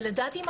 ולדעתי,